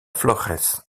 flores